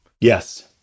Yes